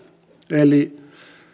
eli